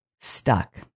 stuck